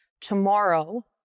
tomorrow